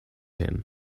him